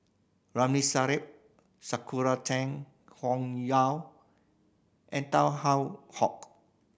Ramli Sarip Sakura Teng and Tan How Hock